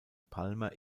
palmer